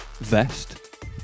vest